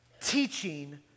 teaching